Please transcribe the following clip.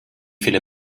viele